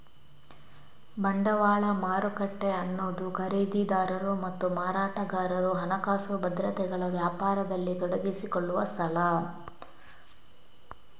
ಬಂಡವಾಳ ಮಾರುಕಟ್ಟೆ ಅನ್ನುದು ಖರೀದಿದಾರರು ಮತ್ತು ಮಾರಾಟಗಾರರು ಹಣಕಾಸು ಭದ್ರತೆಗಳ ವ್ಯಾಪಾರದಲ್ಲಿ ತೊಡಗಿಸಿಕೊಳ್ಳುವ ಸ್ಥಳ